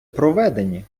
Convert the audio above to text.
проведені